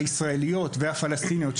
הישראליות והפלסטיניות,